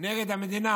נגד המדינה,